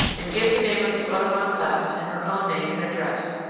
and give the name of the audubon class and her own name and address.